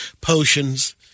potions